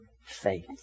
faith